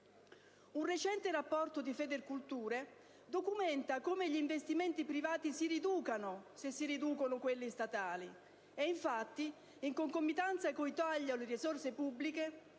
Un recente rapporto di Federculture documenta come gli investimenti privati si riducano se si riducono quelli statali. Infatti, in concomitanza con i tagli alle risorse pubbliche,